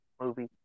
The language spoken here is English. Movie